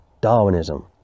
Darwinism